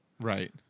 right